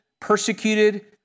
persecuted